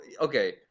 okay –